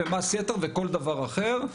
מס יתר וכל דבר אחר,